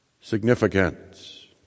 significance